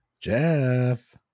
jeff